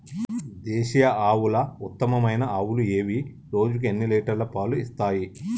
దేశీయ ఆవుల ఉత్తమమైన ఆవులు ఏవి? రోజుకు ఎన్ని లీటర్ల పాలు ఇస్తాయి?